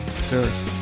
sir